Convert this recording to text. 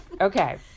Okay